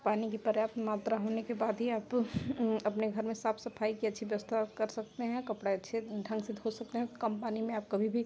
पानी की पर्याप्त मात्रा होने के बाद ही आप अपने घर में साफ़ सफ़ाई की अच्छी व्यवस्था कर सकते हैं कपड़े अच्छे ढंग से धो सकते हैं कम पानी में आप कभी भी